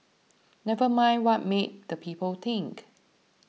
never mind what meet the people think